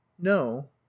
no